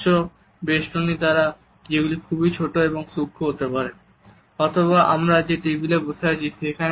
স্বচ্ছ বেষ্টনীর দ্বারা যেগুলি খুবই ছোট এবং সূক্ষ্ম হতে পারে অথবা আমরা যে টেবিলে বসে আছি